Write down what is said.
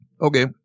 Okay